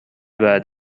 بعد